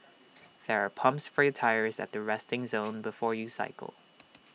there are pumps for your tyres at the resting zone before you cycle